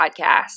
Podcast